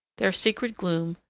their secret gloom,